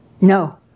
No